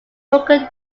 booker